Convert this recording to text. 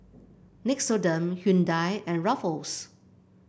Nixoderm Hyundai and Ruffles